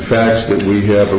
facts that we have a